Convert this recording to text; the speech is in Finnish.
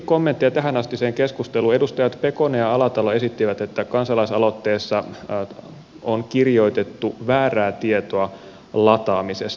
edustajat pekonen ja alatalo esittivät että kansalaisaloitteeseen on kirjoitettu väärää tietoa lataamisesta